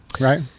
right